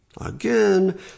Again